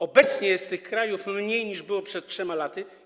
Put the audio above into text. Obecnie jest tych krajów mniej niż było przed 3 laty.